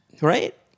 right